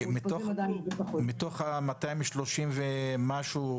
מתוך 234 תאונות,